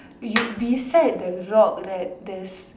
you beside the rock right there's